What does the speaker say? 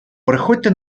приходьте